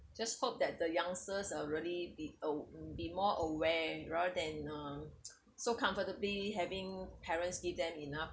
just hope that the youngsters are really be aw~ be more aware rather than uh so comfortably having parents give them enough